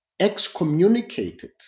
excommunicated